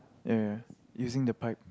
ya using the pipe